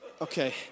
Okay